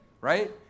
right